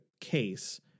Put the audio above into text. case